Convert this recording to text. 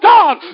God